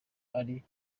ari